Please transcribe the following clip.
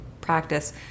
practice